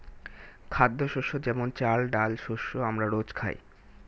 খাদ্যশস্য যেমন চাল, ডাল শস্য আমরা রোজ খাই